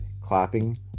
clapping